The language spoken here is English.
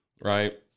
right